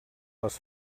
les